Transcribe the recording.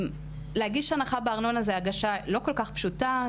להגיש הנחה בארנונה זה הגשה לא כל כך פשוטה,